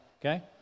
okay